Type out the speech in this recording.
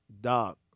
dog